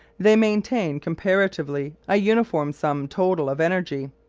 they maintain comparatively a uniform sum total of energy.